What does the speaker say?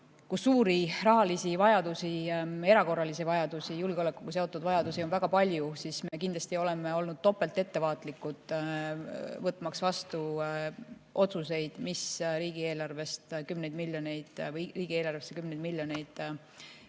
kus suuri rahalisi vajadusi, erakorralisi vajadusi, julgeolekuga seotud vajadusi on väga palju, siis me kindlasti oleme olnud topelt ettevaatlikud, võtmaks vastu otsuseid, mis riigieelarvest kümneid miljoneid ära